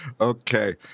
Okay